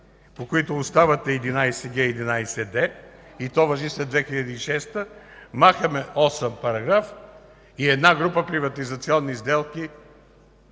по които оставате 11г и 11д и то важи след 2006 г., махаме § 8 и една група приватизационни сделки